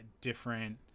different